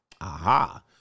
Aha